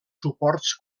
suports